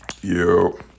yo